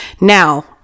Now